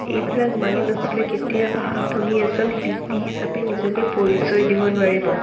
এইবিলাক মানি নচলিলে কেতিয়াও আপুনি এজন শিল্পী হিচাপে নিজকে পৰিচয় দিব নোৱাৰিব